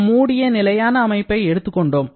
ஒரு மூடிய நிலையான அமைப்பை எடுத்துக்கொண்டோம்